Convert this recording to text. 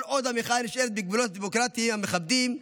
וכל עוד המחאה נשארת בגבולות דמוקרטיים מכבדים,